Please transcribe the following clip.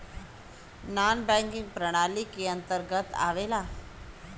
नानॅ banking प्रणाली के अंतर्गत आवेला